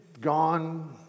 gone